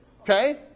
Okay